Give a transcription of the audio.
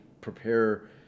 prepare